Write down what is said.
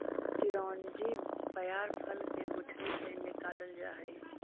चिरौंजी पयार फल के गुठली से निकालल जा हई